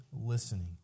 listening